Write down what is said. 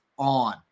On